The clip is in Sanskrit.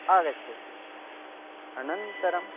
आगच्छति अनन्तरम्